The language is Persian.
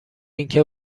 اینکه